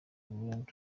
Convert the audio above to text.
burundu